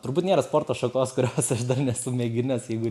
turbūt nėra sporto šakos kurios aš dar nesu mėginęs jeigu